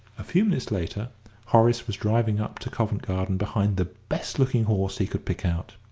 a few minutes later horace was driving up to covent garden behind the best-looking horse he could pick out.